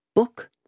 Book